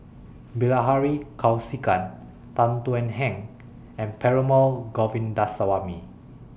Bilahari Kausikan Tan Thuan Heng and Perumal Govindaswamy